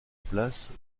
place